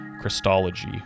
christology